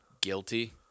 guilty